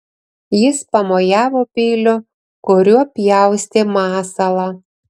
jis pamojavo peiliu kuriuo pjaustė masalą